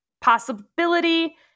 possibility